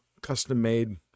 custom-made